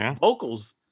vocals